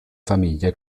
famiglia